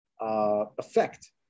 effect